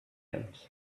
else